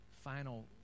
final